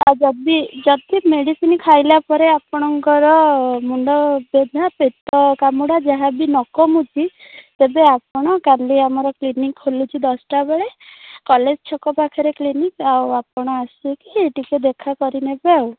ଆଉ ଯଦି ଯଦି ମେଡ଼ିସିନ୍ ଖାଇଲା ପରେ ଆପଣଙ୍କର ମୁଣ୍ଡ ବିନ୍ଧା ପେଟ କାମୁଡ଼ା ଯାହା ବି ନ କମୁଛି ତେବେ ଆପଣ କାଲି ଆମର କ୍ଲିନିକ୍ ଖୋଲୁଛି ଦଶ୍ ଟା ବେଳେ କଲେଜ୍ ଛକ ପାଖରେ କ୍ଲିନିକ୍ ଆଉ ଆପଣ ଆସିକି ଟିକେ ଦେଖା କରିନେବେ ଆଉ